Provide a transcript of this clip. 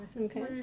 Okay